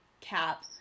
cap